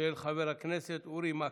של חבר הכנסת אורי מקלב.